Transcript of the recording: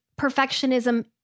perfectionism